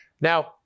Now